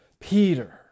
Peter